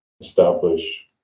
establish